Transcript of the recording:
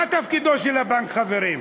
מה תפקידו של הבנק, חברים?